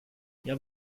jag